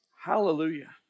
Hallelujah